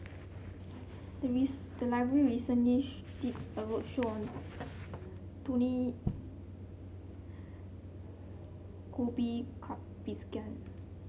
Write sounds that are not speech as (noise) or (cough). the (unintelligible) the library recently (hesitation) did a roadshow on Tony (noise) Khoo (unintelligible) Cai Bixia